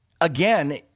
again